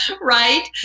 right